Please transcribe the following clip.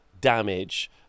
damage